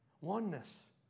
Oneness